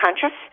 conscious